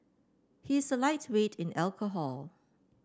he's a lightweight in alcohol